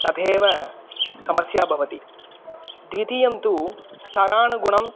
तदेव समस्या भवति द्वितीयं तु स्थरानुगुणं